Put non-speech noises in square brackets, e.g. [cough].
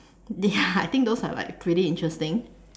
ya [laughs] I think those are like pretty interesting